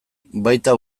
baita